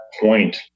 point